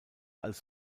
als